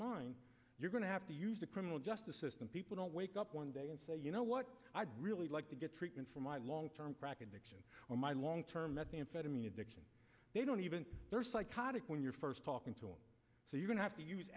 mind you're going to have to use the criminal justice system people don't wake up one day and say you know what i'd really like to get treatment for my long term prac addiction or my long term methamphetamine addiction they don't even psychotic when you're first talking to him so you don't have to use